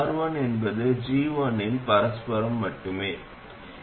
இந்த பின்னம் எவ்வளவு என்பது RS மற்றும் RL விகிதத்தைப் பொறுத்தது